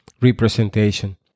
representation